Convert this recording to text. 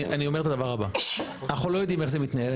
אני אומר את הדבר הבא: אנחנו לא יודעים איך זה מתנהל.